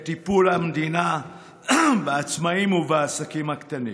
טיפול המדינה בעצמאים ובעסקים הקטנים.